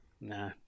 Nah